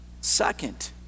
second